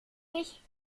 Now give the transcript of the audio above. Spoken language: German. ich